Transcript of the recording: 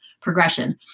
progression